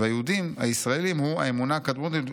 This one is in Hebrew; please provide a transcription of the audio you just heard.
והיהודים הישראלים הוא האמונה הקדמונית